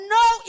no